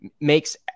makes